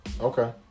okay